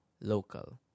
local